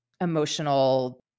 emotional